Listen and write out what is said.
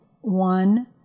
one